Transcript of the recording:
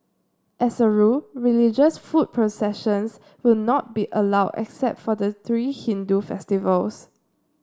as a rule religious foot processions will not be allowed except for the three Hindu festivals